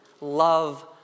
love